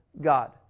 God